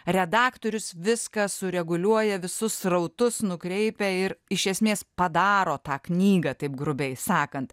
redaktorius viską sureguliuoja visus srautus nukreipia ir iš esmės padaro tą knygą taip grubiai sakant